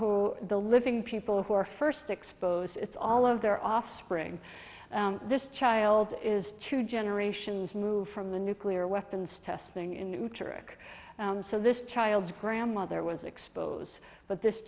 who the living people who are first exposed it's all of their offspring this child is two generations move from the nuclear weapons testing in new trick so this child's grandmother was expose but this